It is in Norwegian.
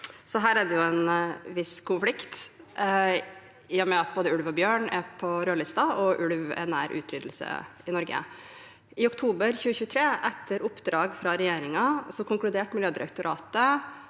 her er det en visst konflikt i og med at både ulv og bjørn er på rødlisten, og ulv er nær utryddelse i Norge. I oktober 2023, etter oppdrag fra regjeringen, konkluderte Miljødirektoratet